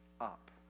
up